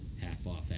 half-off